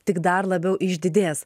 tik dar labiau išdidės